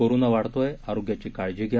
corona वाढतोय आरोग्याची काळजी घ्या